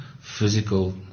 physical